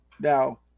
Now